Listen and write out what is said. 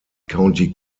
county